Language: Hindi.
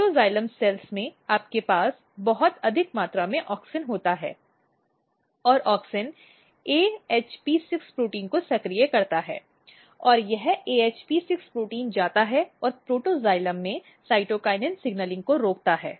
प्रोटोक्साइलम कोशिकाओं में आपके पास बहुत अधिक मात्रा में ऑक्सिन होता है और ऑक्सिन AHP6 प्रोटीन को सक्रिय करता है और यह AHP6 प्रोटीन जाता है और प्रोटॉक्सिलम में साइटोकिनिन सिग्नलिंग को रोकता है